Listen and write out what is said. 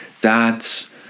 dads